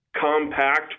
compact